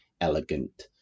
elegant